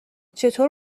چطور